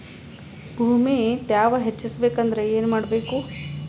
ಭೂಮಿ ತ್ಯಾವ ಹೆಚ್ಚೆಸಬೇಕಂದ್ರ ಏನು ಮಾಡ್ಬೇಕು?